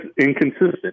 inconsistent